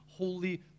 holy